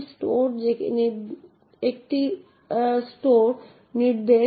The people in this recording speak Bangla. সুতরাং অ্যাক্সেস ম্যাট্রিক্স মডেলটি দেখতে এইরকম তাই এটি 1971 সালে বাটলার ল্যাম্পসন দ্বারা প্রস্তাবিত হয়েছিল